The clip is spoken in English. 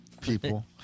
people